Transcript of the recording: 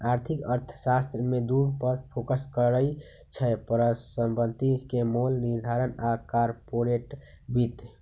आर्थिक अर्थशास्त्र में दू पर फोकस करइ छै, परिसंपत्ति के मोल निर्धारण आऽ कारपोरेट वित्त